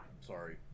sorry